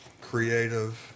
creative